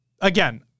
again